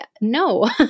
no